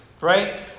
right